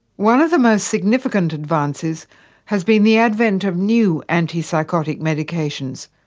one of the most significant advances has been the advent of new antipsychotic medications,